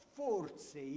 forse